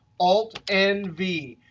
alt n v.